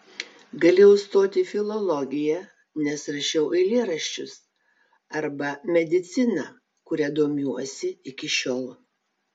galėjau stoti į filologiją nes rašiau eilėraščius arba mediciną kuria domiuosi iki šiol